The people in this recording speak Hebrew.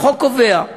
החוק קובע,